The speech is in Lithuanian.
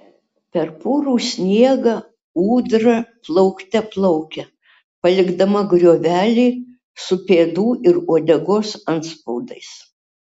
per purų sniegą ūdra plaukte plaukia palikdama griovelį su pėdų ir uodegos atspaudais